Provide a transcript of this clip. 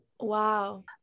wow